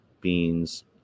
beans